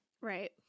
Right